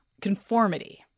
conformity